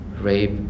rape